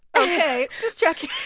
ok, just checking.